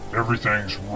everything's